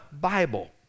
Bible